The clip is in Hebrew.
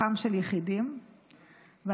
הנושא שלנו בנאומים היום יהיה כוחם של יחידים,